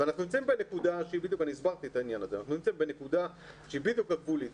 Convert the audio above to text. אנחנו נמצאים בנקודה שהיא בדיוק גבולית.